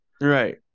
Right